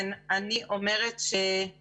אני מבינה את הקושי שהם